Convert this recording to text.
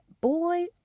boy